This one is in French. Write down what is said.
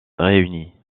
réunis